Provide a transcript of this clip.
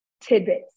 tidbits